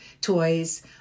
toys